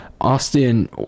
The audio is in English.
Austin